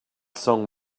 song